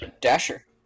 dasher